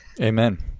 Amen